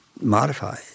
modify